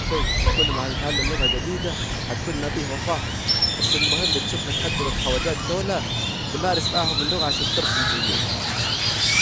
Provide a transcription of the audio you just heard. شوف صاحبي، كل ما هتتعلم لغة جديدة هتكون نبيه وفاهم، بس المهم تشوف حد من الخواجات دوله تمارس معاهم اللغة عشان ترطم زييهم